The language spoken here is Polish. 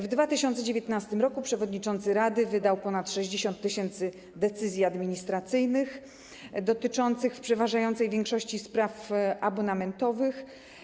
W 2019 r. przewodniczący rady wydał ponad 60 tys. decyzji administracyjnych dotyczących w przeważającej większości spraw abonamentowych.